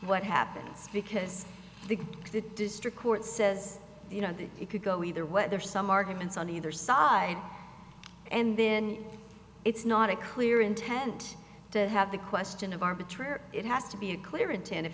what happens because the district court says you know you could go either way there are some arguments on either side and then it's not a clear intent to have the question of arbitrary it has to be a clear intent if